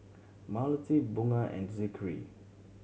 Melati Bunga and Zikri